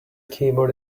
keyboard